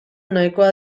nahikoa